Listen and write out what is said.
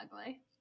ugly